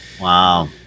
Wow